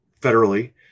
federally